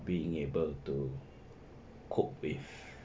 being able to cope with